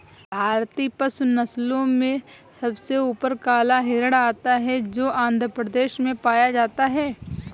भारतीय पशु नस्लों में सबसे ऊपर काला हिरण आता है जो आंध्र प्रदेश में पाया जाता है